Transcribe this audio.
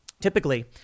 Typically